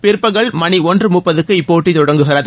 பிற்பகல் மணி ஒன்று முப்பதுக்கு இப்போட்டி தொடங்குகிறது